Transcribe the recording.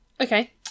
Okay